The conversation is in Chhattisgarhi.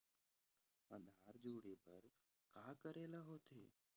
आधार जोड़े बर का करे ला होथे?